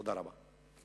תודה רבה.